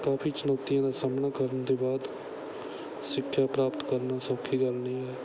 ਕਾਫੀ ਚੁਣੌਤੀਆਂ ਦਾ ਸਾਹਮਣਾ ਕਰਨ ਦੇ ਬਾਅਦ ਸਿੱਖਿਆ ਪ੍ਰਾਪਤ ਕਰਨਾ ਸੌਖੀ ਗੱਲ ਨਹੀਂ ਹੈ